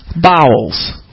bowels